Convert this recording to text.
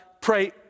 pray